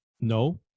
No